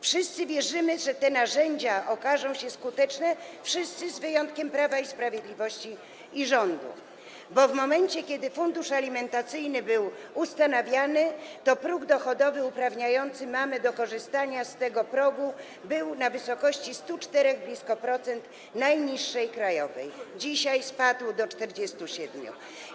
Wszyscy wierzymy, że te narzędzia okażą się skuteczne, wszyscy, z wyjątkiem Prawa i Sprawiedliwości i rządu, bo w momencie, kiedy fundusz alimentacyjny był ustanawiany, próg dochodowy uprawniający mamy do korzystania z tego progu był w wysokości blisko 104% najniższej krajowej, dzisiaj spadł do 47%.